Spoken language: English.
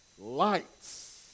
Lights